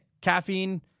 caffeine